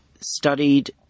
studied